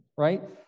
Right